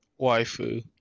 Waifu